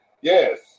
Yes